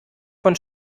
von